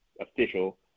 official